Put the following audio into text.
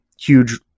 huge